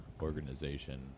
organization